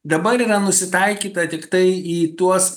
dabar yra nusitaikyta tiktai į tuos